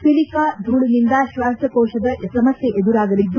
silica ಧೂಳಿನಿಂದ ಶ್ವಾಶಕೋಶದ ಸಮಸ್ಥೆ ಎದುರಾಗಲಿದೆ